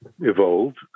evolved